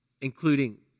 including